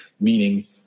Meaning